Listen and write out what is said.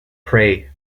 pray